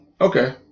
okay